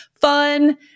fun